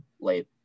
late